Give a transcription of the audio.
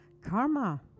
karma